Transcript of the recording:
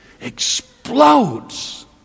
explodes